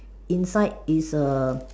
inside is a